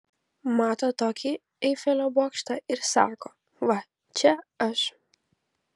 mato tokį eifelio bokštą ir sako va čia aš